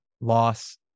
loss